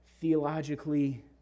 theologically